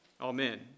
Amen